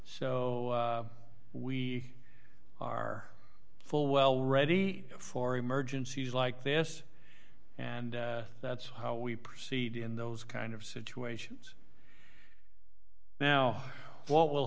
so we are full well ready for emergencies like this and that's how we proceed in those kind of situations now what will